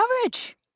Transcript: coverage